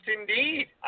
indeed